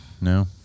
No